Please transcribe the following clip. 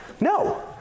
No